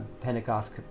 Pentecost